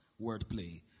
wordplay